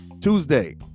Tuesday